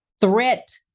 threat